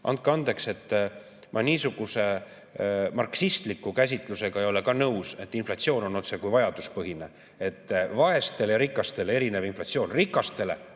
Andke andeks, ma niisuguse marksistliku käsitlusega ei ole ka nõus, et inflatsioon on otsekui vajaduspõhine, et vaestel ja rikastel on erinev inflatsioon.